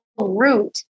root